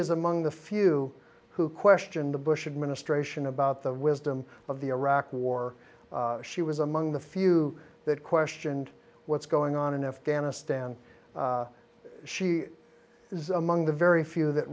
is among the few who questioned the bush administration about the wisdom of the iraq war she was among the few that questioned what's going on in afghanistan she is among the very few that